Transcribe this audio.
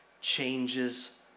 changes